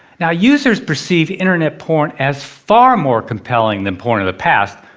now, users perceive internet porn as far more compelling than porn of the past.